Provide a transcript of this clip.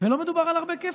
ולא מדובר על הרבה כסף.